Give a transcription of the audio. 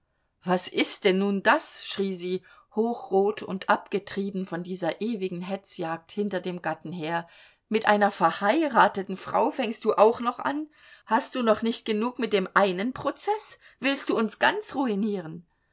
was ist denn nun das schrie sie hochrot und abgetrieben von dieser ewigen hetzjagd hinter dem gatten her mit einer verheirateten frau fängst du auch noch an hast du noch nicht genug mit dem einen prozeß willst du uns ganz ruinieren